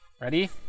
Ready